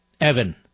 Evan